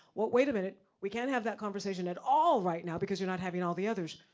what wait a minute, we can't have that conversation at all right now because you're not having all the others.